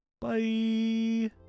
bye